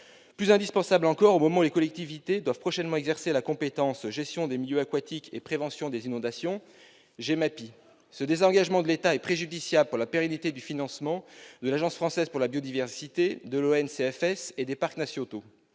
plus indispensable que les collectivités doivent prochainement exercer la compétence de gestion des milieux aquatiques et de prévention des inondations, aussi appelée GEMAPI. Ce désengagement de l'État est préjudiciable à la pérennité du financement de l'Agence française pour la biodiversité, de l'ONCFS et des parcs nationaux,